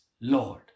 Lord